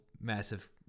massive